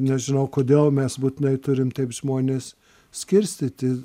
nežinau kodėl mes būtinai turim taip žmones skirstyti